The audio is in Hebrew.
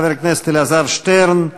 חבר הכנסת אלעזר שטרן,